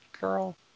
girl